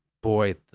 boy